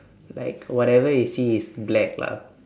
like whatever they see is black lah